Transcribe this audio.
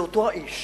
זה אותו האיש